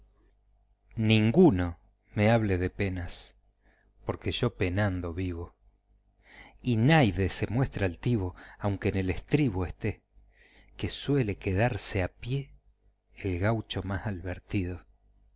ninguno me hable de penas porque yo penado vivo y naides se muestre altivo aunque en el estribo esté que suele quedarse a pie el gaucho mas alvertido